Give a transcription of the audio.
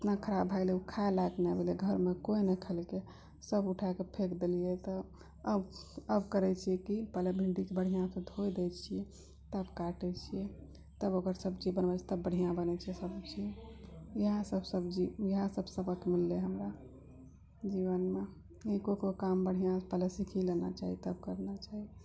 एतना खराब भए गेलै ओ खाय लायक नहि भेलै घरमे कोइ ने खेलकै सब उठाएके फेक देलियै तऽ अब करै छियै की पहिले भिन्डीके बढ़िआँसँ धो दै छियै तब काटै छियै तब ओकर सब्जी बनबै छियै तब बढ़िआँ बनै छै सब्जी इएए सब सब्जी इएह सब सबक मिललै हमरा जीवनमे की कोइ कोइ काम बढ़िआँसँ पहिले सीख लेना चाही तब करना चाही